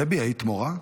דבי, היית מורה?